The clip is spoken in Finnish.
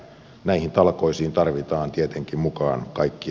näihin talkoisiin tarvitaan tietenkin mukaan kaikki